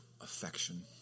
affection